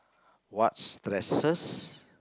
what's stresses